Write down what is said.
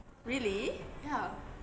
really